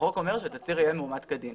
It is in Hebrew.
החוק אומר שהתצהיר יהיה מאומת כדין,